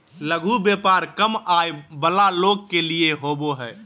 लघु व्यापार कम आय वला लोग के लिए होबो हइ